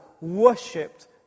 worshipped